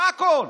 הכול.